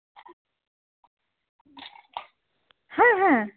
হ্যাঁ হ্যাঁ